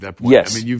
Yes